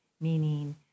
meaning